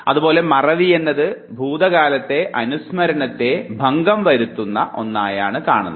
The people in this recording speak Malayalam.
അതുപോലെ മറവി എന്നത് ഭൂതകാല അനുസ്മരണത്തെ ഭംഗം വരുത്തുന്ന വളച്ചൊടിക്കുന്ന ഒന്നായാണ് കണക്കാക്കുന്നത്